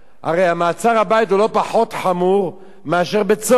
הרי מעצר הבית הוא לא פחות חמור מאשר בית-סוהר,